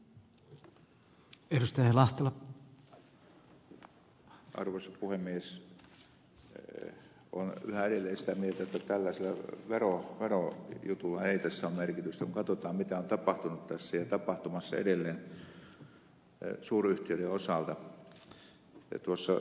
olen yhä edelleen sitä mieltä että tällaisella verojutulla ei tässä ole merkitystä kun katsotaan mitä on tapahtunut tässä ja tapahtumassa edelleen suuryhtiöiden osalta